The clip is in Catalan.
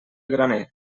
graner